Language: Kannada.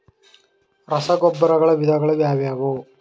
ರಸಗೊಬ್ಬರಗಳ ವಿಧಗಳು ಯಾವುವು?